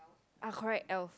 ah correct Elf